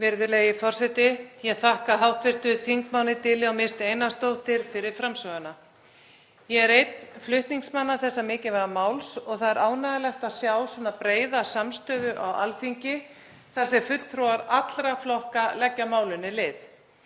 Virðulegi forseti. Ég þakka hv. þm. Diljá Mist Einarsdóttur fyrir framsöguna. Ég er einn flutningsmanna þessa mikilvæga máls og það er ánægjulegt að sjá svona breiða samstöðu á Alþingi þar sem fulltrúar allra flokka leggja málinu lið.